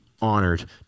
honored